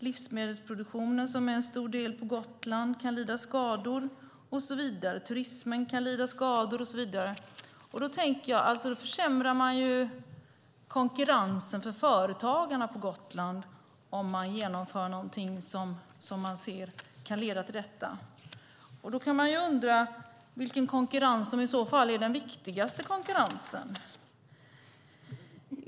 Livsmedelsproduktionen som är stor på Gotland kan lida skada, turismen kan lida skada och så vidare. Man riskerar alltså att försämra konkurrensen på Gotland om man genomför detta. Vilken konkurrens är den viktigaste?